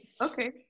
Okay